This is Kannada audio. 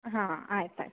ಹಾಂ ಆಯ್ತು ಆಯ್ತು